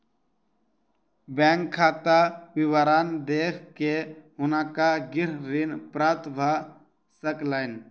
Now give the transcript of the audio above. bank खाता विवरण देख के हुनका गृह ऋण प्राप्त भ सकलैन